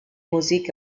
musik